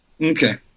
Okay